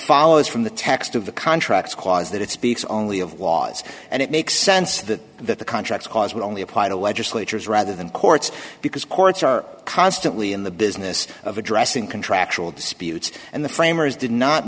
follows from the text of the contracts clause that it speaks only of laws and it makes sense that that the contracts cause would only apply to legislatures rather than courts because courts are constantly in the business of addressing contractual disputes and the framers did not